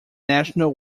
national